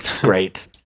Great